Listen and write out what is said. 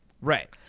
Right